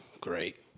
Great